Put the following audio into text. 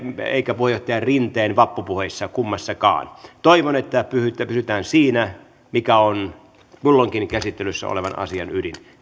puheenjohtaja rinteen vappupuheissa kummassakaan toivon että pysytään siinä mikä on kulloinkin käsittelyssä olevan asian ydin